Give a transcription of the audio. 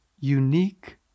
unique